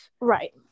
Right